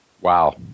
Wow